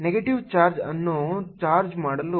negative charge ಅನ್ನು charge ಮಾಡಲು